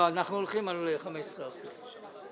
אנחנו הולכים על 15%. והמנכ"ל?